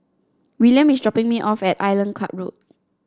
William is dropping me off at Island Club Road